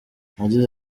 yagize